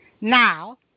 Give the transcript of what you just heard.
Now